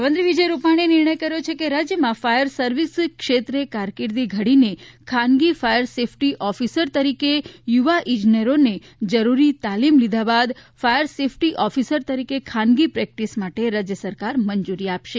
મુખ્યમંત્રી શ્રી વિજયભાઈ રૂપાણીએ નિર્ણય કર્યો છે કે રાજ્યમાં ફાયર સર્વિસ ક્ષેત્રે કારકીંદી ઘડીને ખાનગી ફાયર સેફટી ઓફિસર તરીકે યુવા ઇજનેરોને જરૂરી તાલીમ લીધા બાદ ફાયર સેફટી ઓફિસર તરીકે ખાનગી પ્રેકટીસ માટે રાજ્ય સરકાર મંજૂરી આપશે